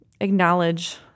acknowledge